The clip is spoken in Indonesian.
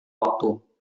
waktu